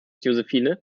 josephine